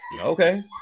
Okay